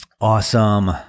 Awesome